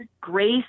grace